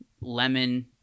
lemon